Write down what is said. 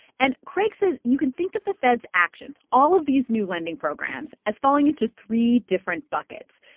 and craig says you can think of the fed's actions, all of these new lending programs, as falling into three different buckets,